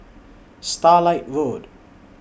Starlight Road